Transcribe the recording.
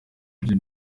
bye